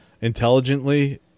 intelligently